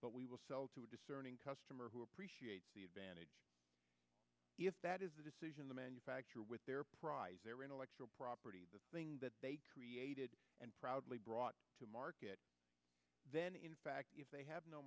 but we will sell to a discerning customer who appreciates the advantage if that is a decision the manufacturer with their price their intellectual property the thing that they created and proudly brought to market then in fact if they have no